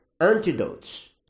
antidotes